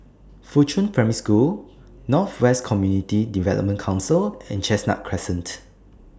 Fuchun Primary School North West Community Development Council and Chestnut Crescent